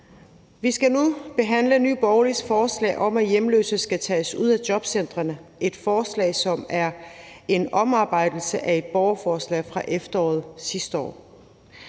Vi skal nu behandle Nye Borgerliges forslag om, at hjemløse skal tages ud af jobcentrene – et forslag, som er en omarbejdelse af et borgerforslag fra efteråret sidste år.